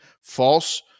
false